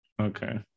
Okay